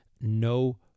no